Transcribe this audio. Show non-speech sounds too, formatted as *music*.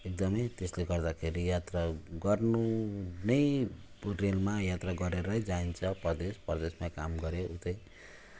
एकदमै त्यसले गर्दाखेरि यात्रा गर्नु नै *unintelligible* यात्रा गरेरै जाइन्छ परदेश परदेशमा काम गऱ्यो उतै